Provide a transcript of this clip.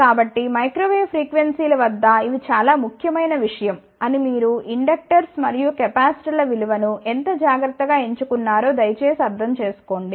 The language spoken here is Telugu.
కాబట్టి మైక్రో వేవ్ ఫ్రీక్వెన్సీ ల వద్ద ఇవి చాలా ముఖ్యమైన విషయం అని మీరు ఇండక్టర్స్ మరియు కెపాసిటర్ల విలువలను ఎంత జాగ్రత్తగా ఎంచుకున్నారో దయచేసి అర్థం చేసుకోండి